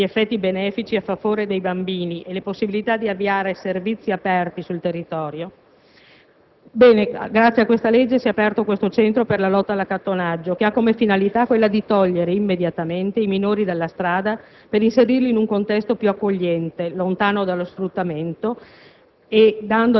Grazie a questa legge si è aperto il Centro contro l'accattonaggio che ha come finalità quella di togliere immediatamente i minori dalla strada per inserirli in un contesto più accogliente, lontano dallo sfruttamento